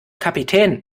kapitän